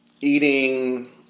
eating